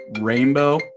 rainbow